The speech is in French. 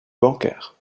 bancaire